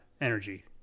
Energy